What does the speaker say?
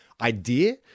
idea